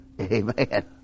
Amen